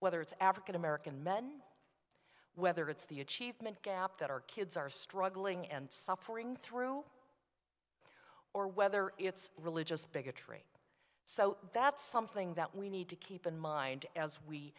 whether it's african american men whether it's the achievement gap that our kids are struggling and suffering through or whether it's religious bigotry so that's something that we need to keep in mind as we